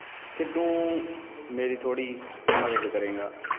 ਕਿ ਤੂੰ ਮੇਰੀ ਥੋੜ੍ਹੀ ਮਦਦ ਕਰੇਗਾ